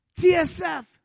TSF